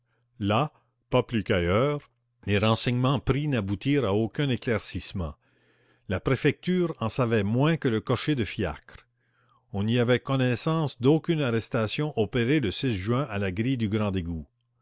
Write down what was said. là pas plus qu'ailleurs les renseignements pris n'aboutirent à aucun éclaircissement la préfecture en savait moins que le cocher de fiacre on n'y avait connaissance d'aucune arrestation opérée le juin à la grille du grand égout